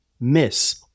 miss